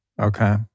Okay